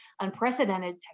unprecedented